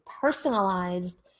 personalized